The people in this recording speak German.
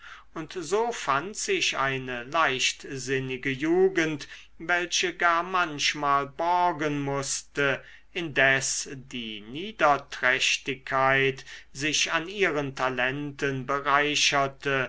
und so fand sich eine leichtsinnige jugend welche gar manchmal borgen mußte indes die niederträchtigkeit sich an ihren talenten bereicherte